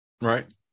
Right